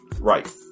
right